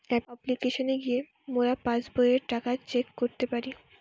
অপ্লিকেশনে গিয়ে মোরা পাস্ বইয়ের টাকা চেক করতে পারি